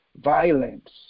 violence